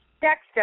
Dexter